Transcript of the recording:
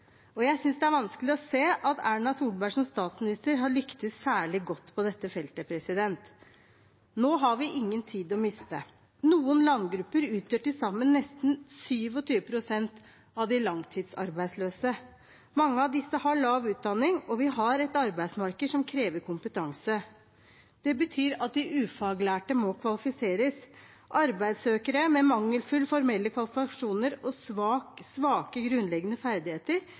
Jeg synes det er vanskelig å se at Erna Solberg som statsminister har lyktes særlig godt på dette feltet. Nå har vi ingen tid å miste. Noen landgrupper utgjør til sammen nesten 27 pst. av de langtidsarbeidsløse. Mange av disse har lav utdanning, og vi har et arbeidsmarked som krever kompetanse. Det betyr at de ufaglærte må kvalifiseres. Arbeidssøkere med mangelfulle formelle kvalifikasjoner og svake grunnleggende ferdigheter